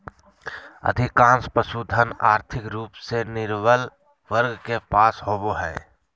अधिकांश पशुधन, और्थिक रूप से निर्बल वर्ग के पास होबो हइ